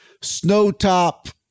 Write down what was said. Snowtop